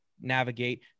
navigate